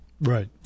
Right